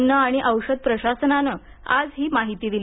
अन्न आणि औषध प्रशासनान आज ही माहिती दिली